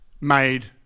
made